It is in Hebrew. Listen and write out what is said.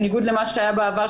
בניגוד למה שהיה בעבר,